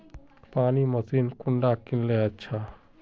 पानी मशीन कुंडा किनले अच्छा?